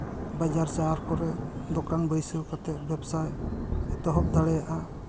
ᱵᱟᱡᱟᱨ ᱥᱟᱦᱟᱨ ᱠᱚᱨᱮ ᱫᱚᱠᱟᱱ ᱵᱟᱹᱭᱥᱟᱹᱣ ᱠᱟᱛᱮᱫ ᱵᱮᱵᱽᱥᱟᱭ ᱮᱛᱚᱦᱚᱵ ᱫᱟᱲᱮᱭᱟᱜᱼᱟ